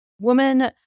woman